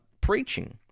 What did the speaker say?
preaching